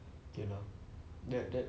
you know that that